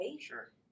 Sure